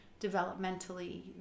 developmentally